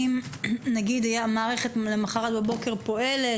אם המערכת מחר בבוקר פועלת,